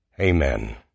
Amen